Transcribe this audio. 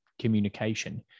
communication